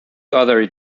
other